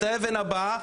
או את האבן הבאה,